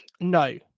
No